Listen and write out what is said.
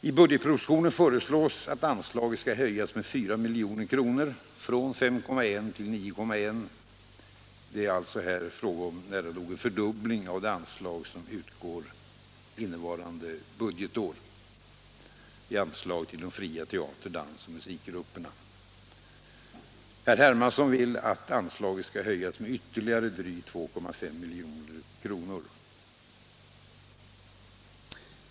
I budgetpropositionen föreslås att anslaget skall höjas med 4 milj.kr. från 5,1 miljoner till 9,1 miljoner. Det är alltså här fråga om nära nog en fördubbling av det anslag till de fria teater-, dansoch musikgrupperna som utgår innevarande budgetår. Herr Hermansson vill att anslaget skall höjas med ytterligare drygt 2,5 milj.kr.